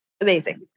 amazing